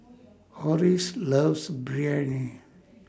Orris loves Biryani